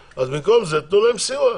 במקום זה תנו להן סיוע.